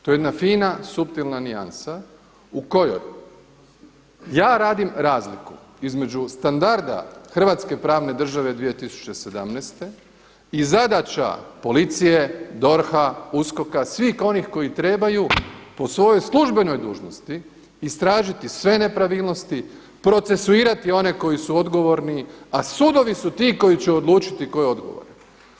To je jedna fina, suptilna nijansa u kojoj ja radim razliku između standarda Hrvatske pravne države 2017. i zadaća policije, DORH-a, USKOK-a, svih onih koji trebaju po svojoj službenoj dužnosti istražiti sve nepravilnosti, procesuirati one koji su odgovorni a sudovi su ti koji će odlučiti tko je odgovoran.